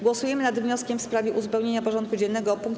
Głosujemy nad wnioskiem w sprawie uzupełnienia porządku dziennego o punkt: